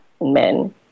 men